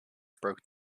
broke